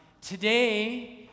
Today